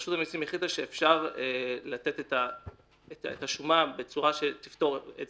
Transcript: רשות המסים החליטה שאפשר לתת את השומה בצורה שתפטור,